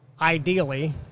ideally